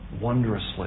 wondrously